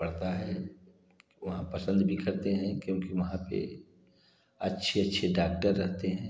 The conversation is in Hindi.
पड़ता है वहाँ पसंद भी करते हैं क्योंकि वहाँ पर अच्छे अच्छे डाक्टर रहते हैं